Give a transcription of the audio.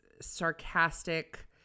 sarcastic